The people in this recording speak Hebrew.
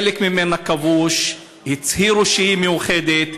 שחלק ממנה כבוש, שהצהירו שהיא מאוחדת,